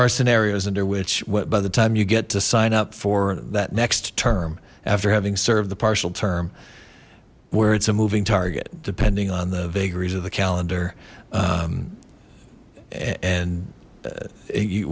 are scenarios under which what by the time you get to sign up for that next term after having served the partial term where it's a moving target depending on the vagaries of the calendar and